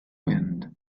wind